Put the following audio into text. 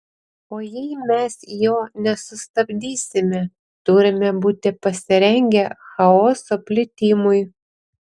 o jei mes jo nesustabdysime turime būti pasirengę chaoso plitimui